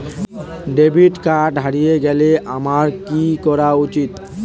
Debit card হারিয়ে গেলে আমার কি করা উচিৎ?